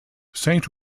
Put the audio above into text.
saint